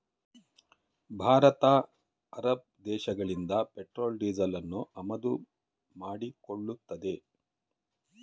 Bharat Arab ದೇಶಗಳಿಂದ petrol ಡೀಸೆಲನ್ನು ಆಮದು ಮಾಡಿಕೊಳ್ಳುತ್ತದೆ